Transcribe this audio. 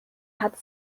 hat